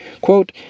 quote